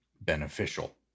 beneficial